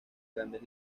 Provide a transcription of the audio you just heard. grandes